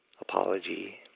apology